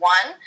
One